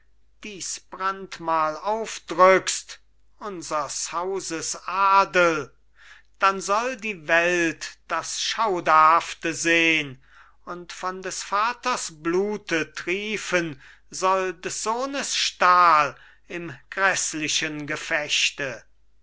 dies brandmal aufdrückst unsers hauses adel dann soll die welt das schauderhafte sehn und von des vaters blute triefen soll des sohnes stahl im gräßlichen gefechte